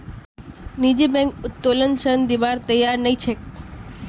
निजी बैंक उत्तोलन ऋण दिबार तैयार नइ छेक